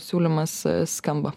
siūlymas skamba